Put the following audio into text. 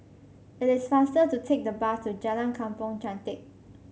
it is faster to take the bus to Jalan Kampong Chantek